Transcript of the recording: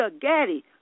Gaddy